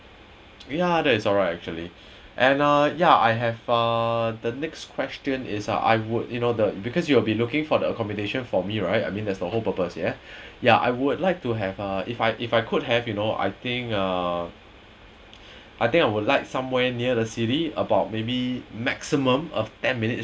yeah that's alright actually and ah ya I have uh the next question is uh I would you know because you'll be looking for the accommodation for me right I mean that's the whole purpose yeah ya I would like to have uh if I if I could have you know I think uh I think I would like somewhere near the city about maybe maximum of ten minutes